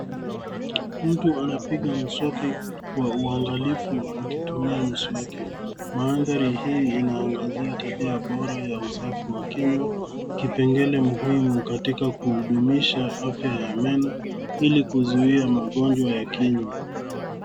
Mtu anapiga mswaki kwa uangalifu, akitumia mswaki. Mandhari hii inaangazia tabia bora ya usafi wa kinywa. Kipengele muhimu katika kudumisha afya ya meno, ili kuzuia magonjwa ya kinyw.a